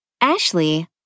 Ashley